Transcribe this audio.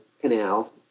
canal